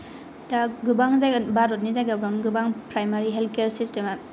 दा गोबां जायगा भारतनि जायगाफ्रावनो गोबां प्राइमारि हेल्थ केयार सिस्टेमा